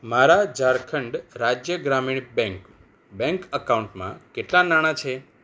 મારા ઝારખંડ રાજ્ય ગ્રામીણ બેંક બેંક એકાઉન્ટમાં કેટલાં નાણાં છે